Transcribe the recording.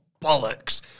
bollocks